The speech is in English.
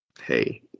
hey